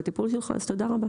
אז תודה.